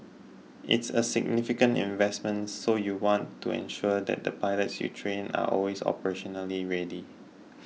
it's a significant investment so you want to ensure that the pilots you train are always operationally ready